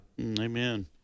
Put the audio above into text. Amen